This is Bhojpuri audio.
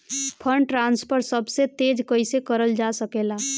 फंडट्रांसफर सबसे तेज कइसे करल जा सकेला?